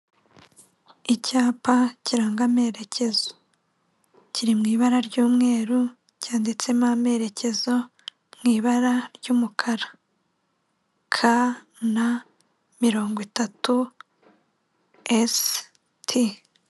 Icyapa kiranga amerekezo, kiri mu ibara ry'umweru cyanditsemo amerekezo mu ibara ry'umukara KN mirongo itatu ST.